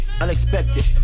unexpected